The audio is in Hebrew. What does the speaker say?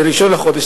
ב-1 בחודש,